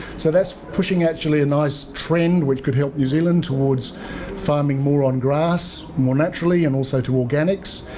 so that's pushing actually a nice trend which could help new zealand towards farming more on grass, more naturally and also to organics,